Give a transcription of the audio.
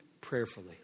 prayerfully